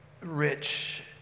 rich